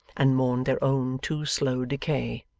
and mourned their own too slow decay.